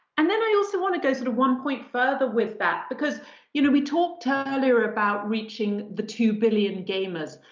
and then i also want to go sort of one point further with that. because you know we talked earlier about reaching the two billion gamers.